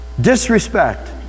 Disrespect